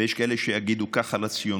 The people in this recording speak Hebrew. ויש כאלה שיגידו כך ואחרת על הציונות,